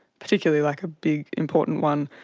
particularly like a big important one,